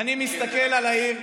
אני מסתכל על העיר,